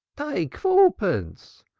take fourteenpence.